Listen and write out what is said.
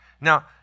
Now